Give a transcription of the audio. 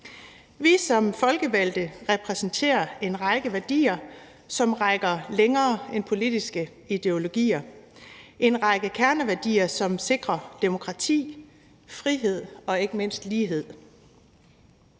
Vi som folkevalgte repræsenterer en række værdier, som rækker længere end politiske ideologier, en række kerneværdier, som sikrer demokrati, frihed og ikke mindst lighed.